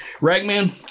Ragman